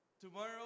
Tomorrow